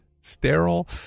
sterile